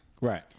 Right